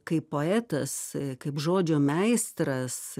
kaip poetas kaip žodžio meistras